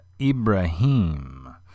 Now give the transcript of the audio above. Ibrahim